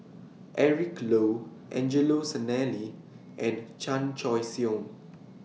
Eric Low Angelo Sanelli and Chan Choy Siong